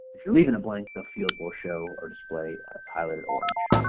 if you're leaving a blank the field will show or display highlighted orange.